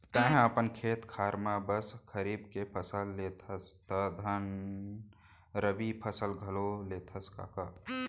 तैंहा अपन खेत खार म बस खरीफ के फसल लेथस धन रबि फसल घलौ लेथस कका?